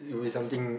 question